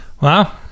Wow